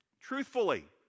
Truthfully